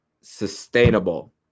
sustainable